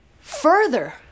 further